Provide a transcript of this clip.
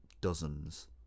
dozens